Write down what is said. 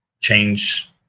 change